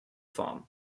form